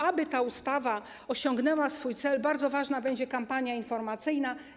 Aby ta ustawa osiągnęła swój cel, bardzo ważna będzie kampania informacyjna.